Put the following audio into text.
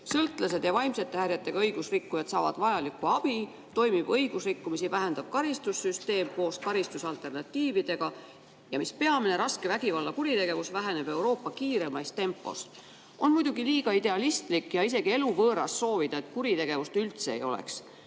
sõltlased ja vaimsete häiretega õigusrikkujad saavad vajalikku abi, toimib õigusrikkumisi vähendav karistussüsteem koos karistusalternatiividega ja mis peamine, raske vägivallakuritegevus väheneb Euroopa kiireimas tempos. On muidugi liiga idealistlik ja isegi eluvõõras soovida, et kuritegevust üldse ei oleks.